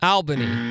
Albany